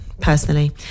personally